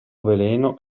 veleno